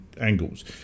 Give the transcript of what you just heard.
angles